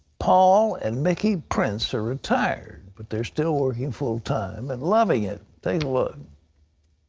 paul and mickey prince are retired, but they're still working full-time and loving it. take a look.